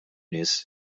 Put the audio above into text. nies